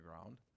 ground